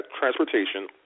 transportation